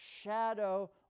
shadow